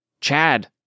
Chad